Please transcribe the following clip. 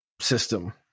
system